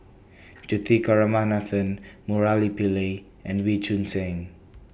Juthika Ramanathan Murali Pillai and Wee Choon Seng